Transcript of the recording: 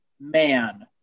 man